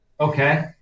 Okay